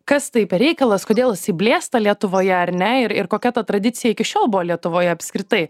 kas tai per reikalas kodėl jisai blėsta lietuvoje ar ne ir ir kokia ta tradicija iki šiol buvo lietuvoje apskritai